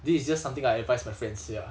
this is just something I advise my friends ya